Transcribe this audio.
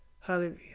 Hallelujah